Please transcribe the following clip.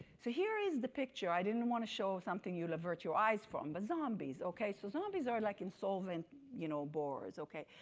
so here is the picture, i didn't want to show something you'll avert your eyes from. but zombies, okay so zombies are like insolvent you know borrows, okay?